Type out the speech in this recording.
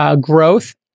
growth